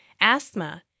asthma